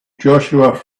joshua